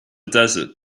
desert